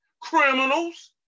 Criminals